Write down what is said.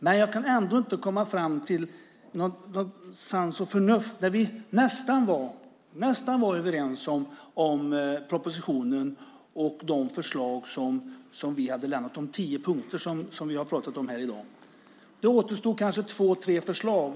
Men jag kan ändå inte komma fram till sans och förnuft. Vi var nästan överens om propositionen och de förslag som vi hade lämnat, de tio punkterna som vi har talat om här i dag. Det återstod kanske två tre förslag.